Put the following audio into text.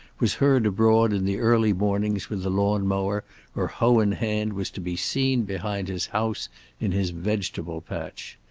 was heard abroad in the early mornings with the lawn mower or hoe in hand was to be seen behind his house in his vegetable patch.